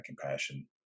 compassion